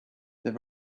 there